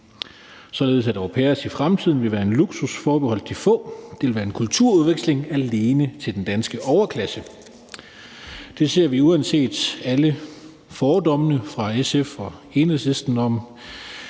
således at au pairer i fremtiden vil være en luksus forbeholdt de få; det vil være en kulturudveksling alene for den danske overklasse. Det ser vi uanset alle fordommene fra SF og Enhedslisten i